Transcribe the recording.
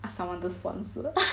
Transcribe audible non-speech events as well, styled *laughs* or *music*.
ask someone to sponsor *laughs*